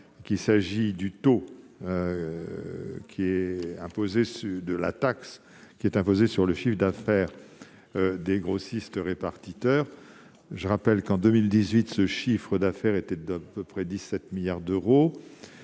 Il s'agit du taux de la taxe sur le chiffre d'affaires des grossistes-répartiteurs. Je rappelle qu'en 2018 ce chiffre d'affaires était à peu près de 17 milliards d'euros